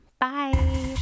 Bye